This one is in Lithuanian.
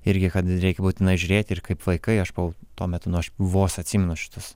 irgi reik būtina žiūrėti ir kaip vaikai aš buvau tuo metu nu aš vos atsimenu šituos